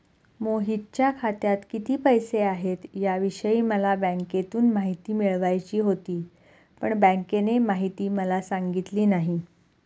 मोहितच्या खात्यात किती पैसे आहेत याविषयी मला बँकेतून माहिती मिळवायची होती, पण बँकेने माहिती मला सांगितली नाही